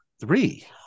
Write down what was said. three